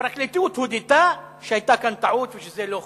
הפרקליטות הודתה שהיתה כאן טעות ושזה לא חוקי,